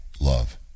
love